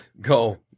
Go